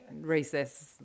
recess